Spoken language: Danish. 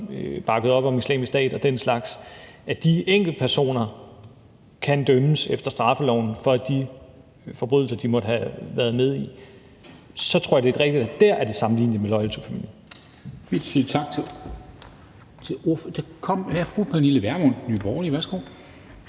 bakket op om Islamisk Stat og den slags, som enkeltpersoner kan dømmes efter straffeloven for de forbrydelser, de måtte have været med i. Der tror jeg, det er rigtigt, at det er sammenligneligt med Loyal To Familia.